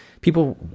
people